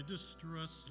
distress